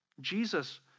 Jesus